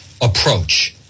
approach